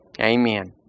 Amen